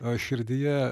o širdyje